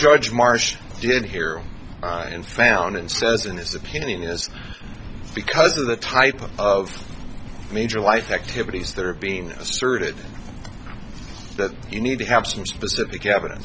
george marsh did here and found and says in his opinion is because of the type of major life activities that are being asserted that you need to have some specific